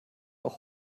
auch